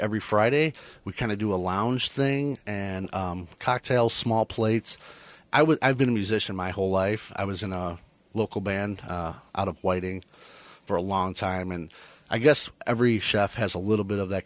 every friday we kind of do a lounge thing and cocktails small plates i would have been a musician my whole life i was in a local band out of whiting for a long time and i guess every chef has a little bit of that